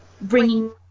bringing